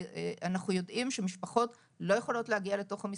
אנחנו יודעים שמשפחות לא יכולות להגיע לתוך המסגרות,